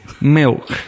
Milk